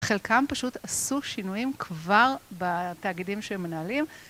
חלקם פשוט עשו שינויים כבר בתאגידים שהם מנהלים.